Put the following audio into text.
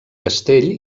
castell